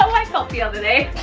i felt the other day.